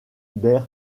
der